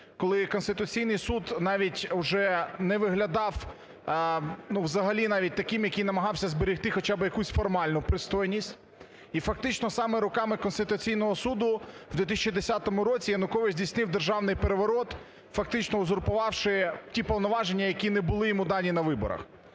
коли Конституційний Суд навіть вже не виглядав, ну, взагалі навіть таким, який намагався зберегти хоча б якусь формальну пристойність. І фактично саме руками Конституційного суду у 2010 році Янукович здійснив державний переворот, фактично узурпувавши ті повноваження, які не були йому дані на виборах.